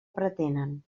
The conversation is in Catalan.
pretenen